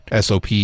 SOP